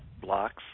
blocks